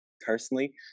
personally